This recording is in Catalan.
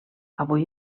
avui